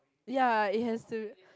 ya it has to